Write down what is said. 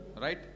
Right